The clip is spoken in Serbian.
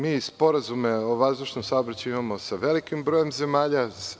Mi sporazume o vazdušnom saobraćaju imamo sa velikim brojem zemalja.